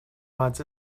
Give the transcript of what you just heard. odds